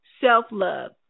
self-love